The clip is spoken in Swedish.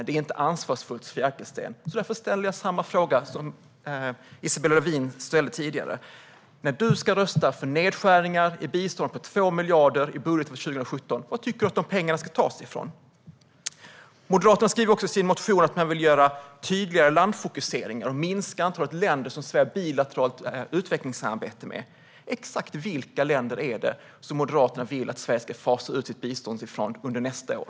Det är inte ansvarsfullt, Sofia Arkelsten. Därför ställer jag samma fråga som Isabella Lövin ställde tidigare. Du kommer att rösta för nedskärningar i biståndet på 2 miljarder i budgeten för 2017. Varifrån tycker du att de pengarna ska tas? Moderaterna skriver också i sin motion att man vill göra tydligare landfokuseringar och minska antalet länder som Sverige har bilateralt utvecklingssamarbete med. Exakt vilka länder vill Moderaterna att Sverige ska fasa ut sitt bistånd till under nästa år?